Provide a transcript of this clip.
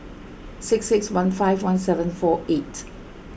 six six one five one seven four eight